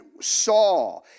saw